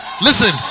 Listen